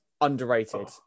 underrated